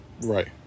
Right